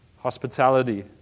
Hospitality